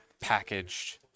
packaged